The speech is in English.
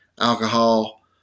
alcohol